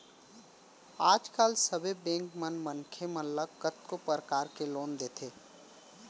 आज काल सबे बेंक मन मनसे मन ल कतको परकार के लोन देथे